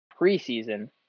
preseason